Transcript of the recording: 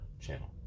channel